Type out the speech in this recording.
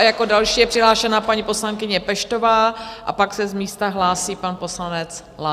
A jako další je přihlášena paní poslankyně Peštová a pak se z místa hlásí pan poslanec Lang.